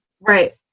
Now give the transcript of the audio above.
right